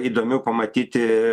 įdomių pamatyti